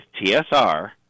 TSR